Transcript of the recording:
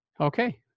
Okay